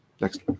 next